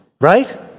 right